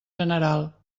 general